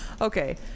Okay